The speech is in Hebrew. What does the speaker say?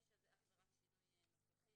9 זה רק שינוי נוסחי.